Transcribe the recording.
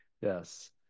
yes